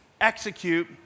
execute